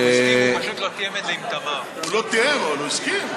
הוא לא תיאם, אבל הוא הסכים.